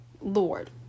Lord